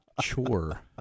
chore